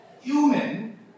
Human